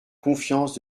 confiance